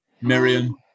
Miriam